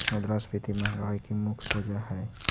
मुद्रास्फीति महंगाई की मुख्य वजह हई